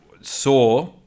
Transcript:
saw